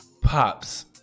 Pops